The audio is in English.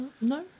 No